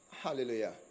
hallelujah